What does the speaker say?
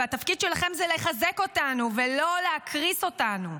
והתפקיד שלכם זה לחזק אותנו ולא להקריס אותנו.